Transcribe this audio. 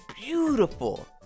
beautiful